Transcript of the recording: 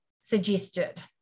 suggested